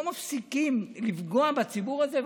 לא מפסיקים לפגוע בציבור הזה,